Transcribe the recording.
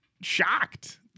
shocked